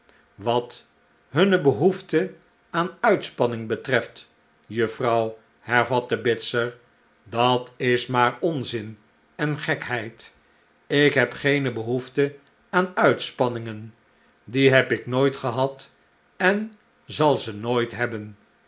wat hunne behoefte aan uitspanning betreft juffrouw hervatte bitzer dat is maar onzin en gekheid ik heb geene behoefte aan uitspanningen die heb ik nooit gehad en zal ze nooit hebben